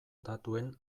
datuen